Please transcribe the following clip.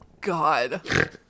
God